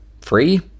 free